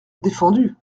défendu